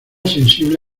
sensible